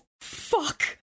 fuck